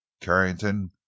Carrington